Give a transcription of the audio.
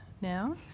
now